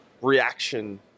reaction